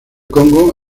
congo